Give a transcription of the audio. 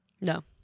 No